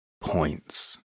points